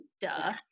Duh